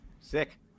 Sick